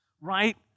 right